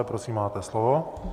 Prosím, máte slovo.